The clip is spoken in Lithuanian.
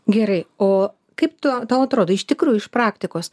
gerai o kaip tu tau atrodo iš tikrųjų iš praktikos